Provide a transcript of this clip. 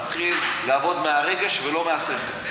ומתחילים לעבוד מהרגש ולא מהשכל.